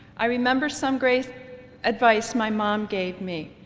i remember some great advice my mom gave me,